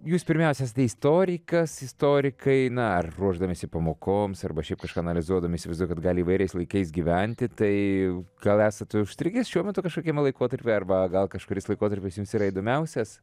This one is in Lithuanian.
jūs pirmiausia istorikas istorikai na ar ruošdamiesi pamokoms arba šiaip kažką analizuodami įsivaizduoja kad gali įvairiais laikais gyventi tai gal esate užstrigęs šiuo metu kažkokiam laikotarpy arba gal kažkuris laikotarpis jums yra įdomiausias